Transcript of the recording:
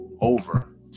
over